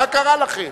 מה קרה לכם?